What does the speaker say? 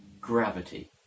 gravity